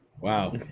Wow